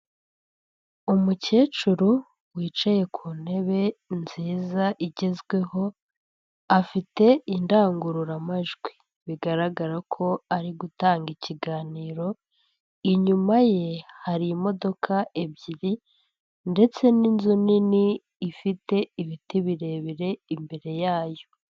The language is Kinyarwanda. Umukecuru wicaye ku ntebe nziza igezweho, afite indangururamajwi bigaragara ko ari gutanga ikiganiro, inyuma ye hari imodoka ebyiri ndetse n'inzu nini ifite ibiti birebire imbere yayo.